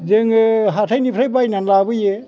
जोङो हाथायनिफ्राय बायनानै लाबोयो